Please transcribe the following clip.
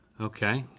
okay,